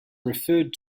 referred